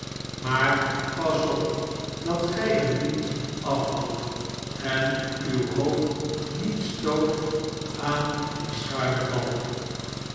maar pas op dat gij er niet afvalt en uw hoofd niet stoot aan dien schuinschen balk